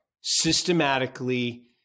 systematically